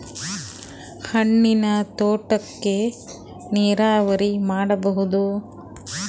ಹಣ್ಣಿನ್ ತೋಟಕ್ಕ ನೀರಾವರಿ ಮಾಡಬೋದ?